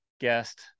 guest